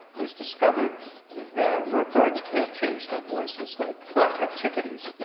who has discovered that where birds can't change their voices, like black-capped chickadees,